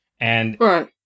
Right